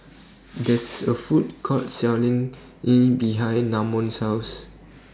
There IS A Food Court Selling Kheer behind Namon's House